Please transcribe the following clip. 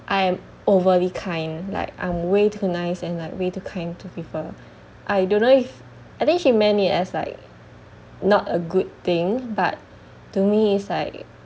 I'm overly kind like I'm way too nice and like way too kind to people I don't know if I think he meant it as like not a good thing but to me is like